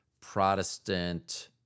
Protestant